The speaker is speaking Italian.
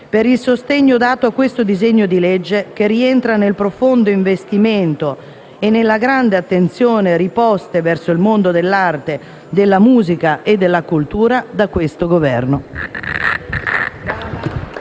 per il sostegno dato a questo disegno di legge che rientra nel profondo investimento e nella grande attenzione riposte verso il mondo dell'arte, della musica, della cultura da questo Governo.